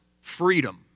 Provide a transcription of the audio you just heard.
freedom